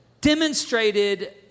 demonstrated